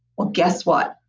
well guess what?